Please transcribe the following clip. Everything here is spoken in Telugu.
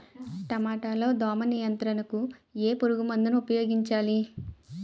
టమాటా లో దోమ నియంత్రణకు ఏ పురుగుమందును ఉపయోగించాలి?